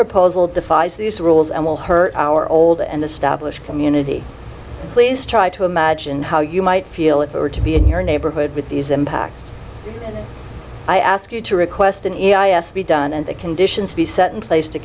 proposal defies these rules and will hurt our old and the stablish community please try to imagine how you might feel if it were to be in your neighborhood with these impacts i ask you to request an s p done and the conditions be set in place to